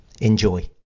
Enjoy